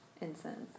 incense